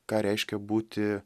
ką reiškia būti